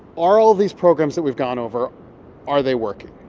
are all these programs that we've gone over are they working?